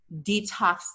detox